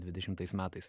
dvidešimtais metais